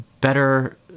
Better